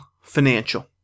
financial